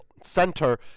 center